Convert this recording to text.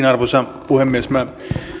arvoisa puhemies minä